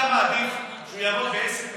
אתה מעדיף שהוא יעבוד בעסק מסודר,